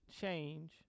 change